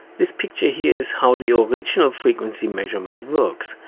this picture here is how the original frequency measurement works.